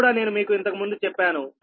ఇది కూడా నేను మీకు ఇంతకుముందు చెప్పాను